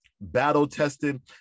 battle-tested